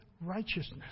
Righteousness